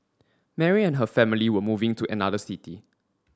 Mary and her family were moving to another city